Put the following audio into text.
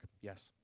yes